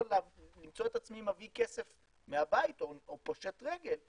למצוא את עצמי מביא כסף מהבית או פושט רגל,